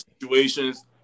situations